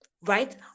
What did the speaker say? right